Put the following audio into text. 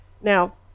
Now